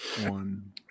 one